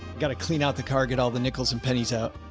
got to clean out the car, get all the nickels and pennies out.